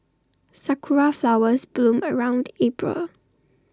Sakura Flowers bloom around April